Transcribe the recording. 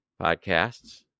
podcasts